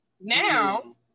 Now